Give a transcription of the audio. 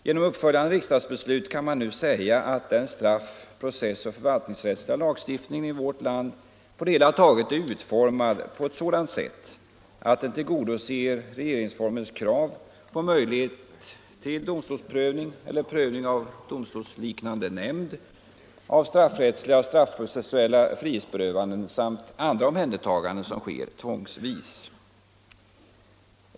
Genom uppföljande riksdagsbeslut är, kan man nu säga, den straff-, processoch förvaltningsrättsliga lagstiftningen i vårt land på det hela taget utformad på ett sådant sätt att den tillgodoser regeringsformens krav på möjlighet till domstolsprövning — eller domstolsliknande nämnds prövning — av straffrättsliga och straffprocessuella frihetsberövanden samt andra omhändertaganden som sker tvångsvis.